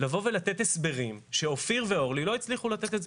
לבוא ולתת הסברים שאופיר ואורלי לא הצליחו לתת.